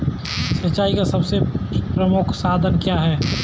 सिंचाई का सबसे प्रमुख साधन क्या है?